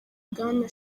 bwana